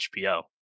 hbo